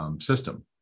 system